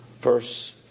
Verse